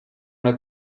una